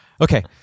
Okay